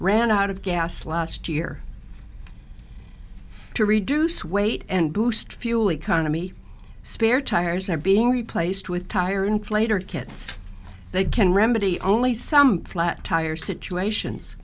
ran out of gas last year to reduce weight and boost fuel economy spare tires are being replaced with tire inflator kits they can remedy only some flat tire situations